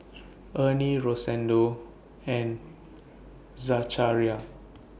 Ernie Rosendo and Zachariah